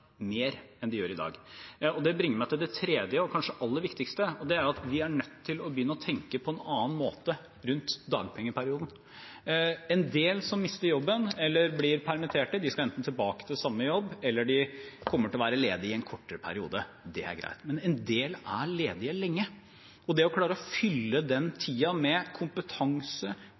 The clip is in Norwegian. mer enn de gjør i dag. Det bringer meg til det tredje og kanskje aller viktigste, og det er at vi er nødt til å begynne å tenke på en annen måte rundt dagpengeperioden. En del som mister jobben, eller blir permittert, skal enten tilbake til samme jobb eller kommer til å være ledig i en kortere periode. Det er greit. Men en del er ledig lenge, og det å klare å fylle den tiden med kompetanse,